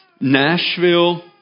Nashville